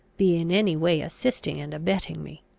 be in any way assisting and abetting me.